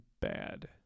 bad